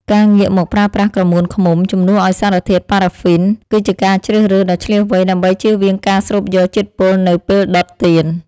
ការងាកមកប្រើប្រាស់ក្រមួនឃ្មុំជំនួសឱ្យសារធាតុប៉ារ៉ាហ្វីន គឺជាការជ្រើសរើសដ៏ឈ្លាសវៃដើម្បីជៀសវាងការស្រូបយកជាតិពុលនៅពេលដុតទៀន។